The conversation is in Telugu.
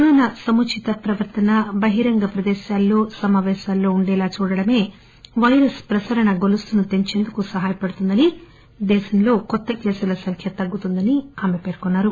కరోనా సముచిత ప్రవర్తన బహిరంగ ప్రదేశాల్లో సమావేశాల్లో ఉండేలా చూడటమే వైరస్ ప్రసరణ గొలుసును తెంచేందుకు సహాయపడుతుందని దేశంలో కేసుల సంఖ్య తగ్గుతుందని ఆమె పేర్కొన్నారు